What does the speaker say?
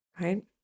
right